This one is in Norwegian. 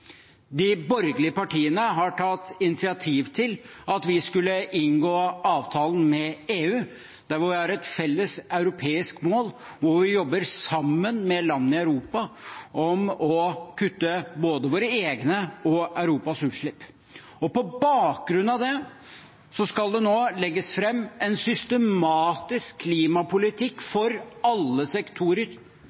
De borgerlige partiene tok initiativ til at vi skulle inngå avtalen med EU, der vi har et felles europeisk mål og jobber sammen med land i Europa om å kutte både våre egne og Europas utslipp. På bakgrunn av det skal det nå legges fram en systematisk klimapolitikk for alle sektorer.